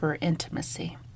intimacy